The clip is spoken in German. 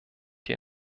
die